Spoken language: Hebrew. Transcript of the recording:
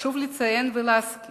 חשוב לציין ולהזכיר